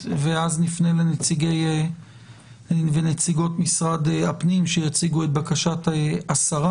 ואז נפנה לנציגי ונציגות משרד הפנים שיציגו את בקשת השרה,